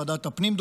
ועדת הפנים,